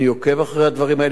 אני עוקב אחרי הדברים האלה,